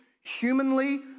humanly